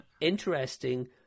interesting